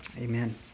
Amen